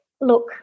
Look